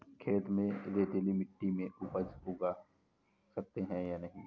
खेत में रेतीली मिटी में उपज उगा सकते हैं या नहीं?